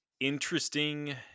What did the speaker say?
interesting